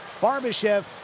Barbashev